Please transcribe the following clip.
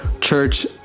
church